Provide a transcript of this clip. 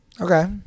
Okay